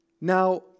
Now